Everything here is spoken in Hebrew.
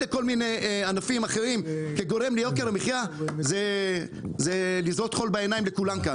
לכל מיני ענפים אחרים זה לזרות חול בעיניים לכולם כאן,